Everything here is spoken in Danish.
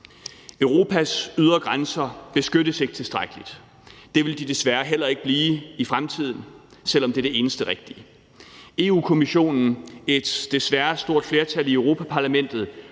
Europas ydre grænser beskyttes ikke tilstrækkeligt. Det vil de desværre heller ikke blive i fremtiden, selv om det er det eneste rigtige. Europa-Kommissionen, et desværre stort flertal i Europa-Parlamentet